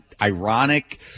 ironic